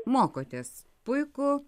mokotės puiku